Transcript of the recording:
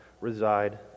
reside